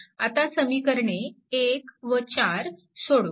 आता समीकरणे 1 व 4 सोडवा